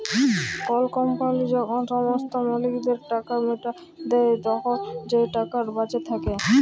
call company যখল সমস্ত মালিকদের টাকা মিটাঁয় দেই, তখল যে টাকাট বাঁচে থ্যাকে